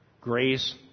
Grace